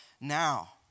now